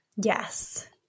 Yes